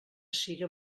siga